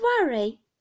worry